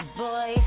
boy